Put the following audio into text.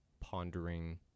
pondering